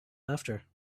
after